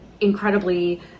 incredibly